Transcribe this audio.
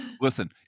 Listen